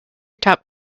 top